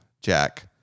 Jack